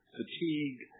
fatigue